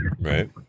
Right